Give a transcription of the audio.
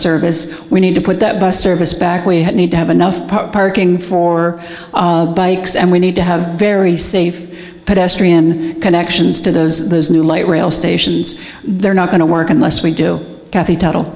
service we need to put that bus service back we need to have enough parking for bikes and we need to have very safe pedestrian connections to those those new light rail stations they're not going to work unless we do kathy tuttle